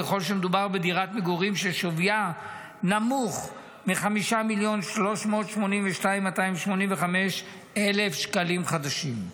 ככל שמדובר בדירת מגורים ששוויה נמוך מ-5 מיליון ו-382,285 שקלים חדשים.